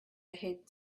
ahead